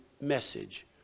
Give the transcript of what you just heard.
message